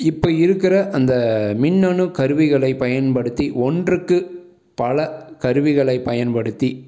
இப்போ இருக்கிற அந்த மின்னணு கருவிகளை பயன்படுத்தி ஒன்றுக்கு பல கருவிகளை பயன்படுத்தி